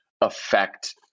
affect